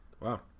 Wow